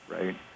right